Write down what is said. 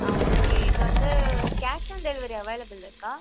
ஆ okay இது வந்து cash on delivery அவைலபில்லா இருக்கா